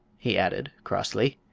he added, crossly,